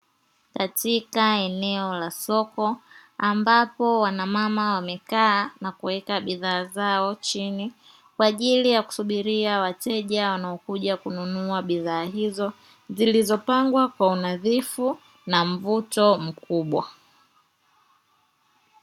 Katika eneo la soko ambapo wanamama wamekaa na kuweka bidhaa zao chini, kwa ajili ya kusubiria wateja wanaokuja kununua bidhaa hizo, zilizopangwa kwa unadhifu na mvuto mkubwa.